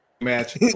match